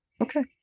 Okay